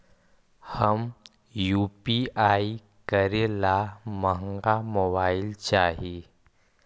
हम यु.पी.आई करे ला महंगा मोबाईल चाही?